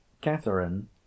Catherine